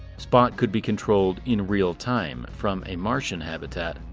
spot could be controlled in real time from a martian habitat,